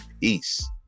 Peace